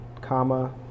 Comma